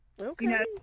Okay